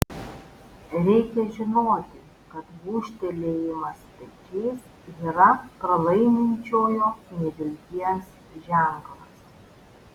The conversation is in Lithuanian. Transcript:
reikia žinoti kad gūžtelėjimas pečiais yra pralaiminčiojo nevilties ženklas